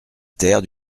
terre